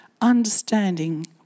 Understanding